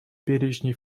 перечни